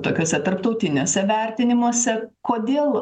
tokiuose tarptautiniuose vertinimuose kodėl